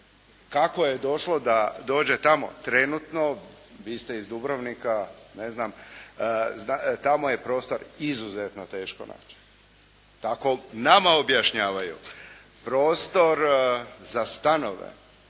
Kako je došlo da dođe tamo trenutno, vi ste iz Dubrovnika, ne znam, tamo je prostor izuzetno teško naći. Tako nama objašnjavaju. Prostor za stanove,